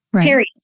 period